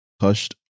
hushed